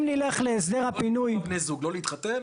אם נלך להסדר הפינוי --- לא להתחתן,